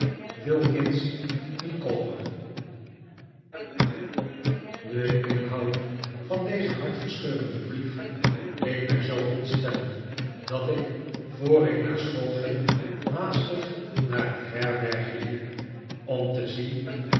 wilkins micawber de inhoud van dezen hartverscheurenden brief deed mij zoo ontstellen dat ik voor ik naar school ging haastig naar het herbergje liep om te zien